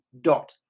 dot